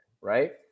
Right